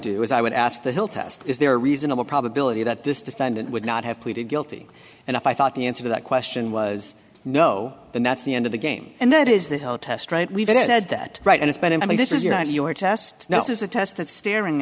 do is i would ask the hill test is there a reasonable probability that this defendant would not have pleaded guilty and i thought the answer to that question was no and that's the end of the game and that is the test right we've had that right and it's been i mean this is not your test now this is a test that staring